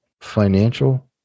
Financial